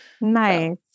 Nice